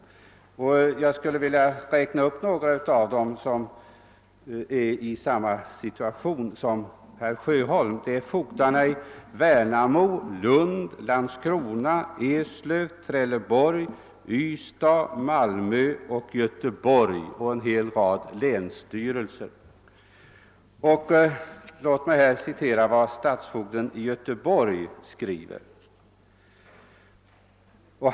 Jag skulle vilja nämna några av dem som är i samma situation som herr Sjöholm: fogdarna i Värnamo, Lund, Landskrona, Eslöv, Trelleborg, Ystad, Malmö och Göteborg, vartill kom mer en hel rad länsstyrelser. ' Låt mig här citera ett referat av vad stadsfogden i Göteborg skriver.